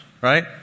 right